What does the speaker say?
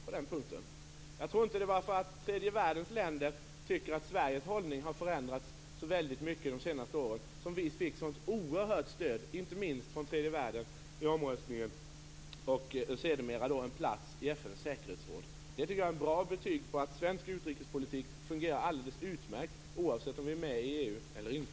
Jag tror inte att det var på grund av att tredje världens länder tycker att Sveriges hållning har förändrats så mycket under de senaste åren som vi vid omröstningen fick ett sådant oerhört stöd, inte minst från dessa stater, och sedermera också en plats i FN:s säkerhetsråd. Det tycker jag är ett bra betyg på att svensk utrikespolitik fungerar alldeles utmärkt, oavsett om vi är med i EU eller inte.